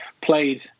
Played